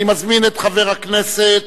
אני מזמין את חבר הכנסת